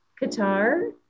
Qatar